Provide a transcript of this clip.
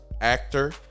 actor